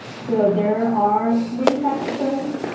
so there are three saxophones,